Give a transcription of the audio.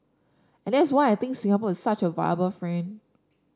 and that's why I think Singapore is such a viable friend